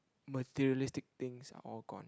materialistic things are all gone